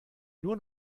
nur